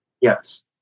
Yes